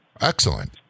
excellent